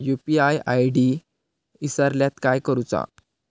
UPI ID इसरल्यास काय करुचा?